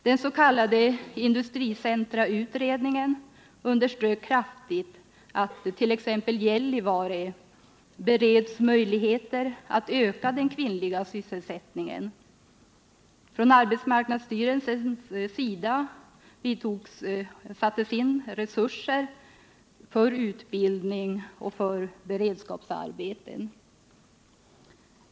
Den s.k. industricentrautredningen underströk kraftigt vikten av att t.ex. Gällivare bereds möjligheter att öka den kvinnliga sysselsättningen. Från arbetsmarknadsstyrelsens sida har satts in resurser för utbildning och för beredskapsarbeten.